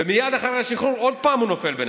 ומייד אחרי השחרור הוא עוד פעם נופל בין